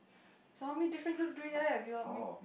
so how many differences do we have do you want me